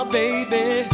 baby